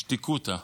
"שתיקותא"